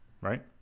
right